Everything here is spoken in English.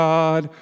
God